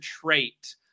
trait